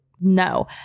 no